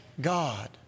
God